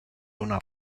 una